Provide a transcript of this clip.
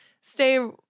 stay